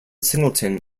singleton